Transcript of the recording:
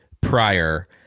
prior